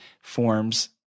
forms